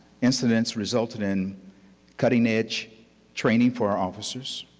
incidents resulted in cutting edge training for our officers,